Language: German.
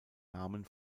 namen